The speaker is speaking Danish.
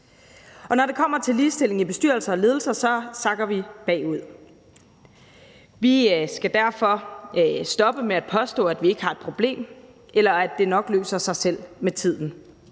Når det kommer til ligestilling i bestyrelser og ledelser, sakker vi bagud. Vi skal derfor stoppe med at påstå, at vi ikke har et problem, eller at det nok løser sig selv med tiden.